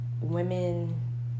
women